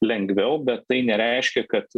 lengviau bet tai nereiškia kad